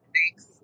Thanks